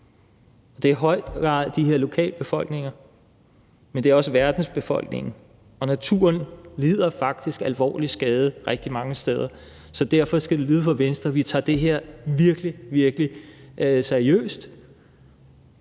det er i høj grad de her lokalbefolkninger, men det er også verdensbefolkningen. Og naturen lider faktisk alvorlig skade rigtig mange steder. Så derfor skal det lyde fra Venstre, at vi tager det her virkelig, virkelig seriøst.